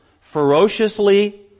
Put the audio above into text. ferociously